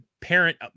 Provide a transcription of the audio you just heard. parent